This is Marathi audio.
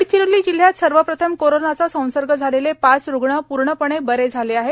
गडचिरोली जिल्ह्यात सर्वप्रथम कोरोनाचा संसर्ग झालेले पाच रुग्ण प्र्णपणे बरे झाले आहेत